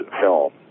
film